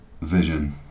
vision